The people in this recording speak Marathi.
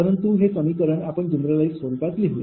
परंतु हे समीकरण आपण जनरलाईझ स्वरूपात लिहूया